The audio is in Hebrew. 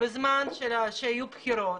בזמן שיהיו בחירות.